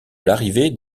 l’arrivée